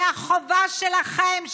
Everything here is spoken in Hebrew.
זו החובה שלכם,